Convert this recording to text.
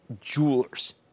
Jewelers